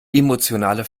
emotionale